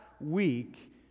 week